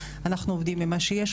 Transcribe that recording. אנחנו עובדים עם מה שיש,